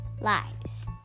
lives